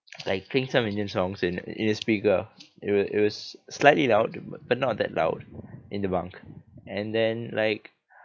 like playing some indian songs in in his speaker it was it was slightly loud b~ but not that loud in the bunk and then like